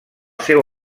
seu